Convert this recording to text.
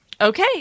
okay